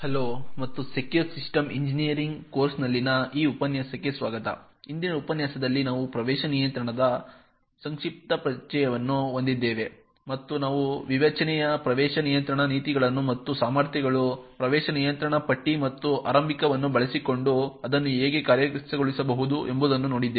hello ಮತ್ತು secure system engineering ಕೋರ್ಸ್ನಲ್ಲಿನ ಈ ಉಪನ್ಯಾಸಕ್ಕೆ ಸ್ವಾಗತ ಹಿಂದಿನ ಉಪನ್ಯಾಸದಲ್ಲಿ ನಾವು ಪ್ರವೇಶ ನಿಯಂತ್ರಣದ ಸಂಕ್ಷಿಪ್ತ ಪರಿಚಯವನ್ನು ಹೊಂದಿದ್ದೇವೆ ಮತ್ತು ನಾವು ವಿವೇಚನೆಯ ಪ್ರವೇಶ ನಿಯಂತ್ರಣ ನೀತಿಗಳನ್ನು ಮತ್ತು ಸಾಮರ್ಥ್ಯಗಳು ಪ್ರವೇಶ ನಿಯಂತ್ರಣ ಪಟ್ಟಿ ಮತ್ತು ಆರಂಭಿಕವನ್ನು ಬಳಸಿಕೊಂಡು ಅದನ್ನು ಹೇಗೆ ಕಾರ್ಯಗತಗೊಳಿಸಬಹುದು ಎಂಬುದನ್ನು ನೋಡಿದ್ದೇವೆ